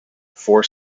four